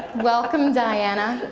welcome diana.